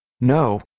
No